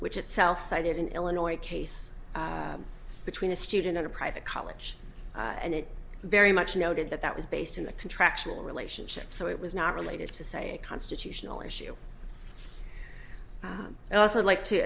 which itself cited in illinois case between a student at a private college and it very much noted that that was based on the contractual relationship so it was not related to say a constitutional issue and also i'd like to